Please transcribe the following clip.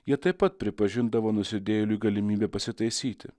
jie taip pat pripažindavo nusidėjėliui galimybę pasitaisyti